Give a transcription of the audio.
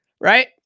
right